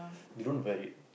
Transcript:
they don't wear it